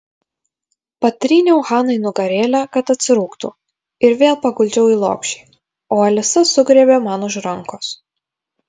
patryniau hanai nugarėlę kad atsirūgtų ir vėl paguldžiau į lopšį o alisa sugriebė man už rankos